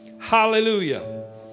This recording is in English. Hallelujah